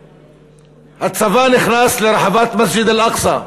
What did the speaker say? כשהצבא נכנס לרחבת מסג'ד אל-אקצא,